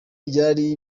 byari